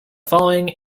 following